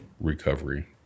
recovery